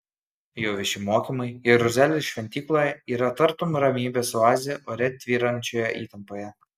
jo vieši mokymai jeruzalės šventykloje yra tartum ramybės oazė ore tvyrančioje įtampoje